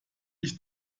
ich